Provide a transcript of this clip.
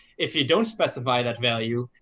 if you don't specify that value,